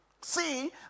See